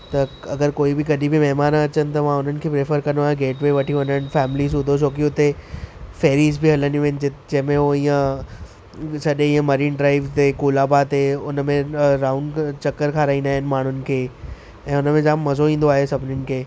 त अगरि कोई बि कॾहिं बि महिमान अचनि त मां उन्हनि खे प्रेफर कंदो आहियां गेटवे वठी वञनि फैमिली सुधो छो कि हुते फेरीस बि हलंदियूं हिन जंहिं में उहो हीअं सॼे इअं मरीन ड्राइव ते कोलाबा ते हुन में ॾह राउंड चकर खाराईंदा आहिनि माण्हुनि खे ऐं हुन में जाम मज़ो ईंदो आहे सभिनिनि खे